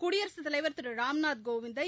குடியரசுத் தலைவர் திரு ராம்நாத் கோவிந்தை